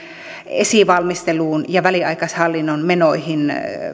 esivalmisteluun ja väliaikaishallinnon menoihin